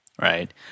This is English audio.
Right